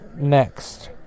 next